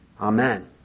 Amen